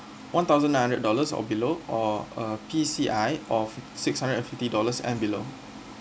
one thousand nine hundred dollars or below uh P_C_I of six hundred and fifty dollars and below